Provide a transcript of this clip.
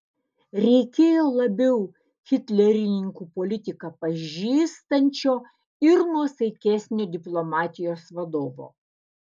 reikėjo labiau hitlerininkų politiką pažįstančio ir nuosaikesnio diplomatijos vadovo